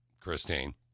Christine